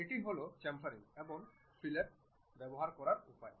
এই হল চ্যামফারিং এবং ফিলেট ব্যবহার করার উপায়